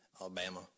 Alabama